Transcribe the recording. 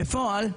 בפועל,